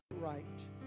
right